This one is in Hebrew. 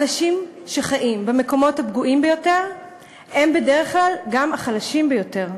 האנשים שחיים במקומות הפגועים ביותר הם בדרך כלל גם החלשים ביותר.